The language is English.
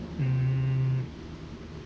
mm